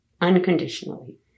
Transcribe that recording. unconditionally